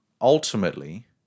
ultimately